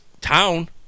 town